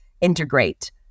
integrate